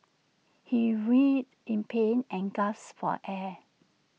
he writhed in pain and gasped for air